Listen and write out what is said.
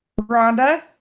Rhonda